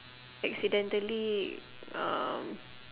accidentally um